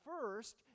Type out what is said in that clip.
first